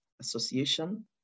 Association